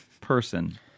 person